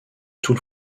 tout